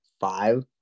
five